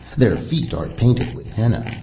their feet are painted with henna,